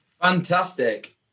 Fantastic